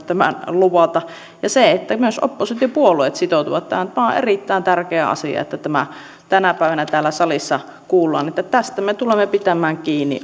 tämän luvata ja se että myös oppositiopuolueet sitoutuvat tähän on erittäin tärkeä asia että tämä tänä päivänä täällä salissa kuullaan että tästä me tulemme pitämään kiinni